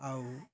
ଆଉ